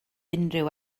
unrhyw